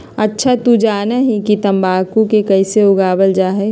अच्छा तू जाना हीं कि तंबाकू के कैसे उगावल जा हई?